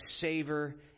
savor